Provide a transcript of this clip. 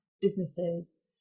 businesses